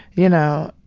you know,